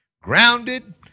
grounded